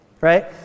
right